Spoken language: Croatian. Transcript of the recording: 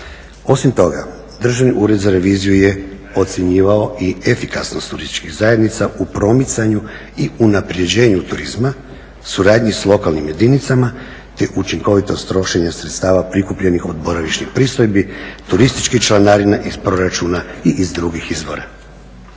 Osim toga, Državni ured za reviziju je ocjenjivao i efikasnost turističkih zajednica u promicanju i unapređenju turizma, suradnji s lokalnim jedinicama te učinkovitost trošenja sredstava prikupljenih od boravišnih pristojbi, turističkih članarina iz proračuna i iz drugih izvora.